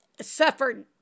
suffered